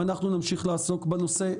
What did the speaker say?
ואנחנו נמשיך לעסוק בנושא.